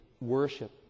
worship